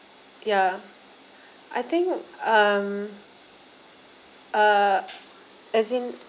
ya I think um uh as in